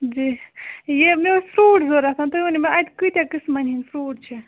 جی یہِ مےٚ ٲس فرٛوٗٹ ضروٗرت تُہۍ ؤنِو مےٚ اَتہِ کۭتیٛاہ قٕسمَن ہٕنٛدۍ فرٛوٗٹ چھِ